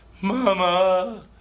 Mama